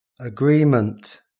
agreement